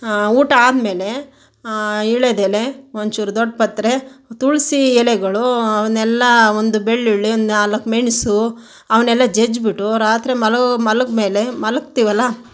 ಊಟ ಆದ ಮೇಲೆ ವೀಳ್ಯದೆಲೆ ಒಂಚೂರು ದೊಡ್ಡಪತ್ರೆ ತುಳಸಿ ಎಲೆಗಳು ಅವನ್ನೆಲ್ಲ ಒಂದು ಬೆಳ್ಳುಳ್ಳಿ ಒಂದು ನಾಲ್ಕು ಮೆಣಸು ಅವನ್ನೆಲ್ಲ ಜಜ್ಜಿಬಿಟ್ಟು ರಾತ್ರಿ ಮಲಗೋ ಮಲಗ್ಮೇಲೆ ಮಲಗ್ತೀವಲ್ಲ